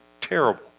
terrible